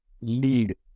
lead